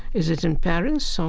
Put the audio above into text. is it in paris, so